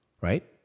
right